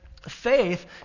faith